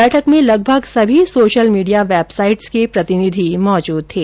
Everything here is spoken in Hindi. बैठक में लगभग सभी सोशल मीडिया वेबसाइटों के प्रतिनिधि मौजूद थे